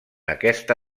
aquesta